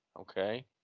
okay